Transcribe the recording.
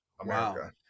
America